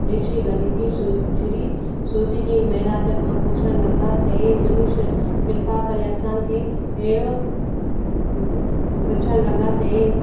ऋषी गॾजी सि श्री सूतजी महाराज खां पुछणु लॻा त हे मनुष्य कृपा करे असांखे अहिड़ो पुछणु लॻा ते